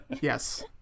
Yes